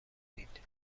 دید